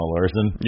Larson